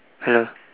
hello